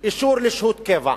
אישור לשהות קבע.